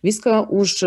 viską už